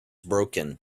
broken